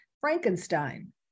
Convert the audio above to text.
Frankenstein